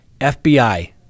FBI